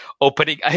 opening